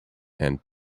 and